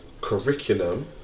curriculum